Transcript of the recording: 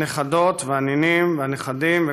הנכדות והנכדים והנינים,